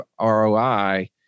ROI